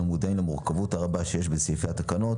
אנחנו מודעים למורכבות הרבה שיש בסעיפי התקנות